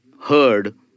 heard